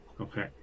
Okay